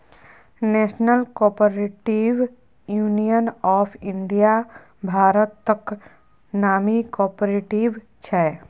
national cooperative union of India भारतक नामी cooperative छै